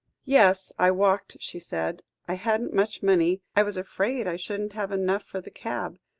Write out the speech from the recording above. yes, i walked, she said. i hadn't much money. i was afraid i shouldn't have enough for the cab.